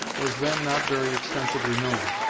was then not very extensively known,